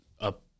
up